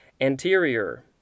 Anterior